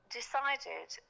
decided